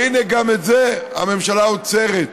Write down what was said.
והינה, גם את זה הממשלה עוצרת.